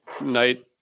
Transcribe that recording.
night